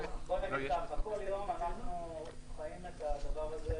כל יום אנחנו חיים את הדבר הזה.